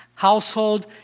Household